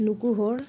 ᱱᱩᱠᱩ ᱦᱚᱲ